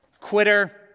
Quitter